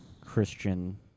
Christian